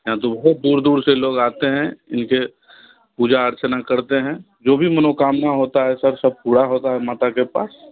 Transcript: यहाँ तो बहुत दूर दूर से लोग आते हैं इनकी पूजा अर्चना करते हैं जो भी मनोकामना होती है सर सब पूरी होती है माता के पास